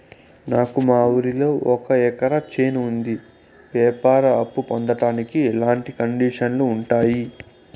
నాకు మా ఊరిలో ఒక ఎకరా చేను ఉంది, వ్యవసాయ అప్ఫు పొందడానికి ఎట్లాంటి కండిషన్లు ఉంటాయి?